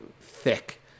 thick